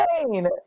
insane